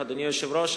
אדוני היושב-ראש,